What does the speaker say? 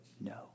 No